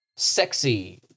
sexy